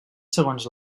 segons